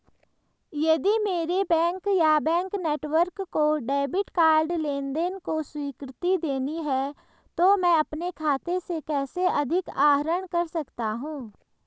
यदि मेरे बैंक या बैंक नेटवर्क को डेबिट कार्ड लेनदेन को स्वीकृति देनी है तो मैं अपने खाते से कैसे अधिक आहरण कर सकता हूँ?